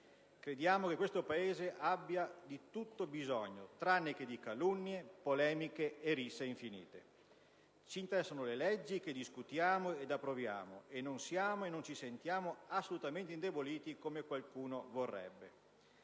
Crediamo che questo Paese di tutto abbia bisogno tranne che di calunnie, polemiche e risse infinite. Ci interessano le leggi che discutiamo ed approviamo, e non siamo e non ci sentiamo assolutamente indeboliti come qualcuno vorrebbe.